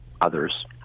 others